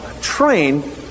Train